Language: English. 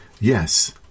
yes